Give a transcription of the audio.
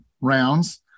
rounds